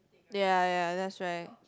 ya ya that's right